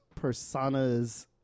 personas